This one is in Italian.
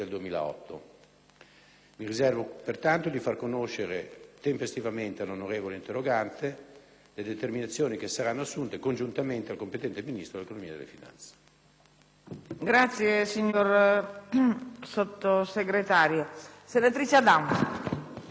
Mi riservo, pertanto, di far conoscere tempestivamente all'onorevole interrogante le determinazioni che saranno assunte congiuntamente al competente Ministro dell'economia e finanze.